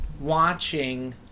watching